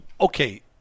Okay